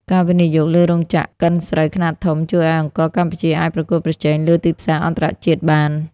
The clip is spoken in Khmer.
ការវិនិយោគលើរោងចក្រកិនស្រូវខ្នាតធំ ជួយឱ្យអង្ករកម្ពុជាអាចប្រកួតប្រជែងលើទីផ្សារអន្តរជាតិបាន។